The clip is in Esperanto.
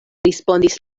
respondis